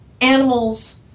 Animals